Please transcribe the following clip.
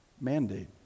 mandate